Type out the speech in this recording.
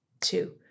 two